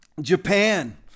Japan